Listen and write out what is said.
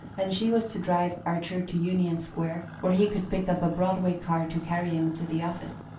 and she was to drive archer to union square, where he could pick up a broadway car to carry him to the office.